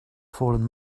fallen